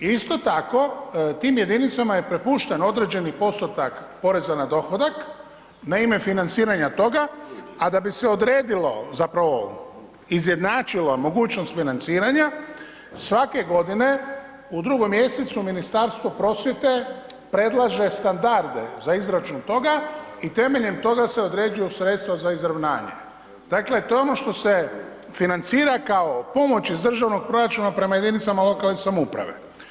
Isto tako tim jedinicama je prepušten određeni postotak poreza na dohodak na ime financiranja toga, a da bi se odredilo zapravo izjednačila mogućnost financiranja, svake godine u drugom mjesecu Ministarstvo prosvjete predlaže standarde za izračun toga i temeljem toga se određuju sredstva za izravnjanje, dakle to je ono što se financira kao pomoć iz državnog proračuna prema jedinicama lokalne samouprave.